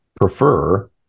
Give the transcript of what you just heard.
prefer